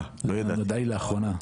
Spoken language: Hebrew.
נודע לי לאחרונה.